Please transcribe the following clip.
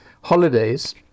holidays